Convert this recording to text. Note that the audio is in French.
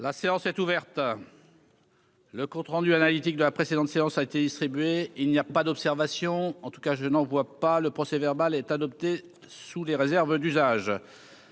La séance est ouverte. Le compte rendu analytique de la précédente séance a été distribué, il n'y a pas d'observation en tout cas je n'en vois pas le procès-verbal est adopté sous les réserves d'usage,